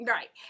Right